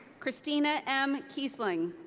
christina m. kiessling.